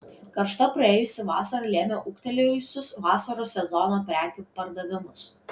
karšta praėjusi vasara lėmė ūgtelėjusius vasaros sezono prekių pardavimus